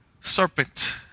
serpent